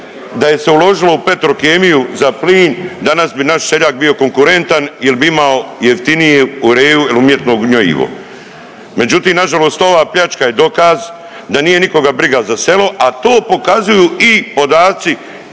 da je se uložilo u Petrokemiju za plin danas bi naš seljak bio konkurentan jer bi imao jeftiniju Ureu ili umjetno gnjojivo. Međutim, nažalost ova pljačka je dokaz da nije nikoga briga za selo, a to pokazuju i podaci